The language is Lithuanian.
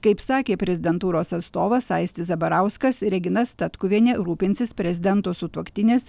kaip sakė prezidentūros atstovas aistis zabarauskas regina statkuvienė rūpinsis prezidento sutuoktinės